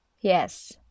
Yes